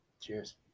Cheers